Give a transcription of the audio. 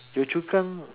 Yio-Chu-Kang